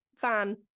van